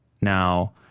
Now